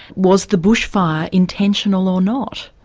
was the bushfire intentional or not?